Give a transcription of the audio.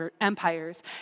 empires